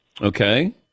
Okay